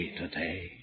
today